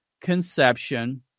conception